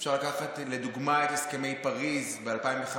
אפשר לקחת לדוגמה את הסכמי פריז ב-2015,